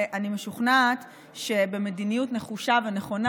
ואני משוכנעת שבמדיניות נחושה ונכונה